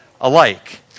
alike